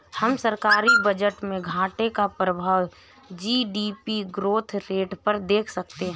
हम सरकारी बजट में घाटे का प्रभाव जी.डी.पी ग्रोथ रेट पर देख सकते हैं